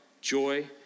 joy